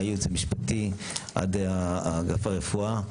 מהייעוץ המשפטי עד אגף הרפואה,